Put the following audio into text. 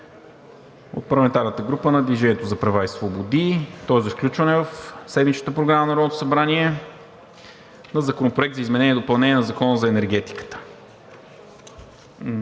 от парламентарната група на „Движението за права и свободи“. То е за включване в седмичната Програма на Народното събрание на Законопроект за изменение и допълнение на Закона за енергетиката.